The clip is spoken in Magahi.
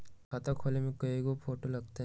खाता खोले में कइगो फ़ोटो लगतै?